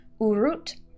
urut